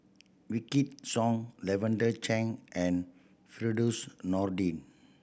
Wykidd Song Lavender Chang and Firdaus Nordin